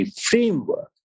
framework